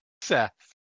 Seth